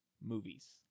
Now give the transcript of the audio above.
movies